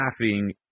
laughing